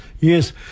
Yes